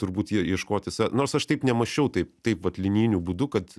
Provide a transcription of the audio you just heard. turbūt ie ieškoti save nors aš taip nemąsčiau taip taip vat linijiniu būdu kad